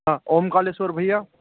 हाँ ओंकारेश्वर भइया